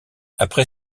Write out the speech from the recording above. après